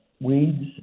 weeds